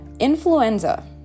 Influenza